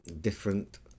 different